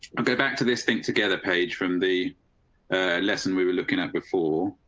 i'll go back to this thing together page from the lesson we were looking at before.